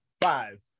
five